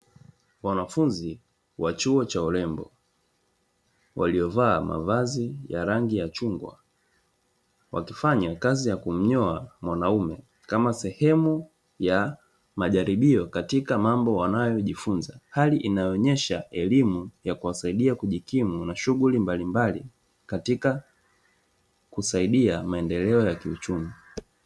Wanafunzi wa chuo cha urembo waliovaa mavazi ya rangi ya chungwa wakifanya kazi ya kumnyoa mwanaume kama ni sehemu ya majaribio katika mambo wanayojifunza , hali inayonyesha elimu na kazi ya kujikimu katika shughuli mabalimbali katika kusaidia maendeleo ya kiuchumi.